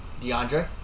DeAndre